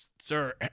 sir